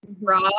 raw